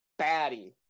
baddie